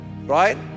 right